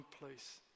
place